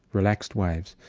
relaxed waves.